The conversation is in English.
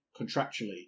contractually